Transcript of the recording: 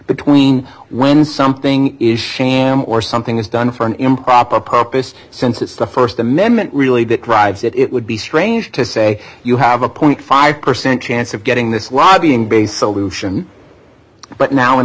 between when something is sham or something is done for an improper purpose since it's a st amendment really deprives it it would be strange to say you have a point five percent chance of getting this lobbying based solution but now in